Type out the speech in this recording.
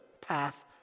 path